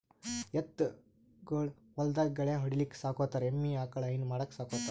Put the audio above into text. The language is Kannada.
ಎತ್ತ್ ಗೊಳ್ ಹೊಲ್ದಾಗ್ ಗಳ್ಯಾ ಹೊಡಿಲಿಕ್ಕ್ ಸಾಕೋತಾರ್ ಎಮ್ಮಿ ಆಕಳ್ ಹೈನಾ ಮಾಡಕ್ಕ್ ಸಾಕೋತಾರ್